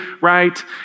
right